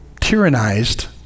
tyrannized